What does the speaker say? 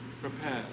prepared